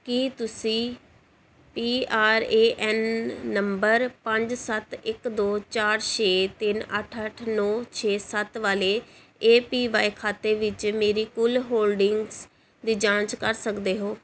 ਕੀ ਤੁਸੀਂ P R A N number ਪੰਜ ਸੱਤ ਇੱਕ ਦੋ ਚਾਰ ਛੇ ਤਿੰਨ ਅੱਠ ਅੱਠ ਨੌਂ ਛੇ ਸੱਤ ਵਾਲੇ ਏ ਪੀ ਵਾਈ ਖਾਤੇ ਵਿੱਚ ਮੇਰੀ ਕੁੱਲ ਹੋਲਡਿੰਗਜ਼ ਦੀ ਜਾਂਚ ਕਰ ਸਕਦੇ ਹੋ